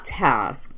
task